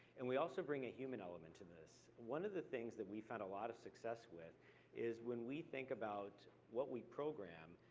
and we also bring a human element to this. one of the things that we found a lot of success with is when we think about what we program,